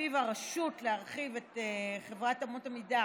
שלפיו על הרשות להרחיב את אמות המידה